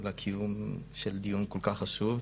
על הקיום של דיון כל-כך חשוב,